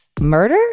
murder